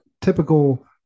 typical